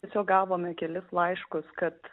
tiesiog gavome kelis laiškus kad